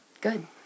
Good